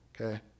Okay